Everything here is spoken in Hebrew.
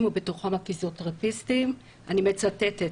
ובתוכם הפיזיותרפיסטים ואני מצטטת.